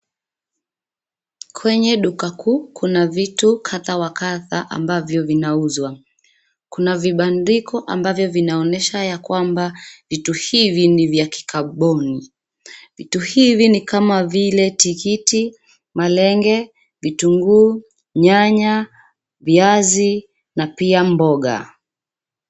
Kwenye duka kuu kuna vitu kadha wa kadha ambavyo vinauzwa, kuna vibandiko ambavyo vinaonyesha ya kwamba, vitu hivi ni vya kikaboni, vitu hivi ni kama vile tikiti, malenge, vitunguu, nyanya, viazi, na pia mboga.